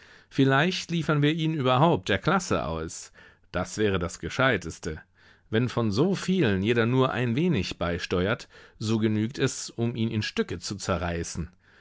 vielleicht liefern wir ihn überhaupt der klasse aus das wäre das gescheiteste wenn von so vielen jeder nur ein wenig beisteuert so genügt es um ihn in stücke zu zerreißen